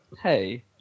Hey